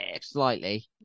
slightly